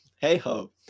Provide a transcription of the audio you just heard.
Hey-ho